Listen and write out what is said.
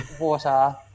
water